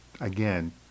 Again